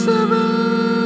Seven